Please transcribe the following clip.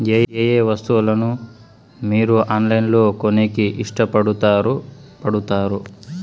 ఏయే వస్తువులను మీరు ఆన్లైన్ లో కొనేకి ఇష్టపడుతారు పడుతారు?